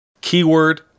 Keyword